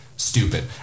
stupid